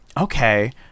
Okay